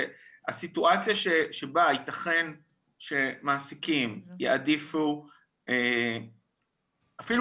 והסיטואציה שבה יתכן שמעסיקים יעדיפו אפילו